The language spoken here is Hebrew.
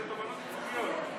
זה תובענות ייצוגיות.